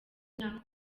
imyaka